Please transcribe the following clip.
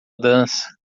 dança